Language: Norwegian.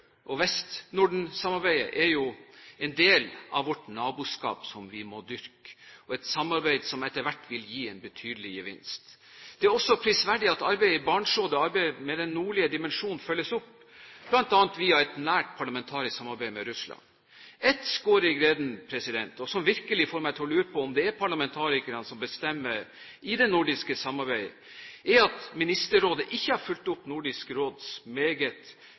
samarbeidet i Vest-Norden er en del av vårt naboskap som vi må dyrke, og et samarbeid som etter hvert vil gi en betydelig gevinst. Det er også prisverdig at arbeidet i Barentsrådet og arbeidet med den nordlige dimensjon følges opp, bl.a. via et nært parlamentarisk samarbeid med Russland. Et skår i gleden, som virkelig får meg til å lure på om det er parlamentarikerne som bestemmer i det nordiske samarbeidet, er at Ministerrådet ikke har fulgt opp Nordisk Råds meget